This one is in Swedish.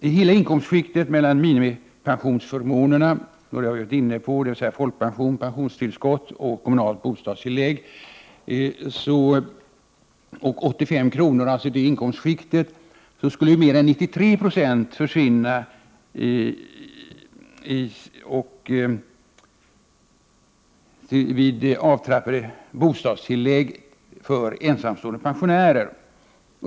I hela inkomstskiktet mellan minimipensionsförmånerna, dvs. folkpension, pensionstillskott och kommunalt bostadstillägg, och 85 000 kr. skulle mer än 93 2 försvinna vid avtrappade bostadstillägg för ensamstående pensionärer.